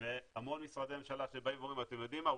והמון משרדי ממשלה שבאים ואומרים 'אתם יודעים מה,